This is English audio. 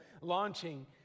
launching